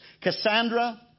Cassandra